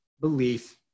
belief